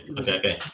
okay